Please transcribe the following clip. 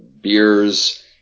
beers